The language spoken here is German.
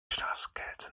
schafskälte